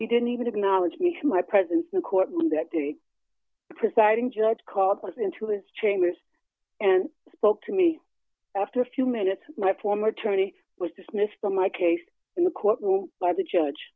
he didn't even acknowledge me my presence in the courtroom that the presiding judge called us into his chambers and spoke to me after a few minutes my former attorney was dismissed from my case in the court will by the judge